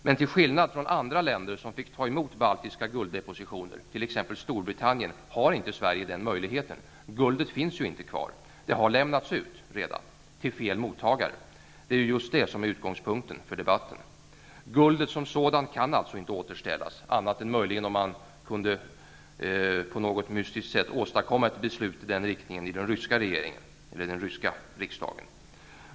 Men till skillnad från andra länder som fick ta emot baltiska gulddepositioner, t.ex. Storbritannien, har inte Sverige den möjligheten. Guldet finns ju inte kvar. Det har redan lämnats ut -- till fel mottagare. Det är just det som är utgångspunkten för debatten. Guldet som sådant kan alltså inte återställas, annat än om man på något mystiskt sätt skulle kunna åstadkomma beslut i den riktningen i det ryska parlamentet.